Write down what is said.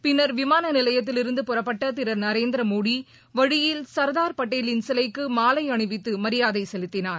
பின்னர் விமானநிலையத்தில் இருந்து புறப்பட்டதிருநரேந்திரமோடிவழியில் சர்தார் பட்டேலின் சிலைக்குமாலைஅணிவித்துமரியாதைசெலுத்தினார்